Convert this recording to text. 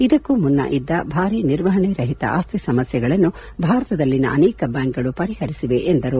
ಇದಕ್ಕೂ ಮುನ್ನ ಇದ್ದ ಭಾರಿ ನಿರ್ವಹಣೆ ರಹಿತ ಆಸ್ತಿ ಸಮಸ್ಥೆಗಳನ್ನು ಭಾರತದಲ್ಲಿನ ಅನೇಕ ಬ್ಯಾಂಕ್ಗಳು ಪರಿಹರಿಸಿವೆ ಎಂದರು